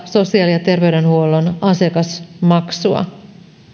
sosiaali ja terveydenhuollon asiakasmaksua